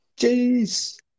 Jeez